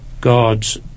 God's